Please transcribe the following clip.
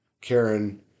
Karen